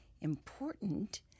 important